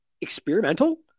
experimental